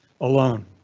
alone